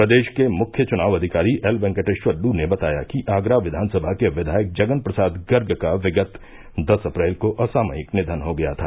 प्रदेश के मुख्य चुनाव अधिकारी एल वेंकटेश्वर लू ने बताया कि आगरा विधानसभा के विघायक जगन प्रसाद गर्ग का विगत दस अप्रैल को असामयिक निधन हो गया था